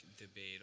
debate